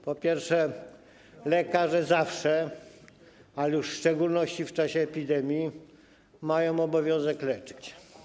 Po pierwsze, lekarze zawsze, a już w szczególności w czasie epidemii, mają obowiązek leczyć.